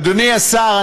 אדוני השר,